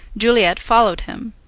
juliet followed him.